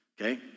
okay